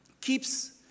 keeps